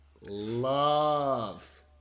love